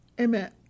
Amen